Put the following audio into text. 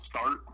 start